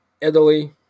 Italy